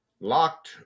locked